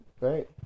right